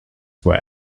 were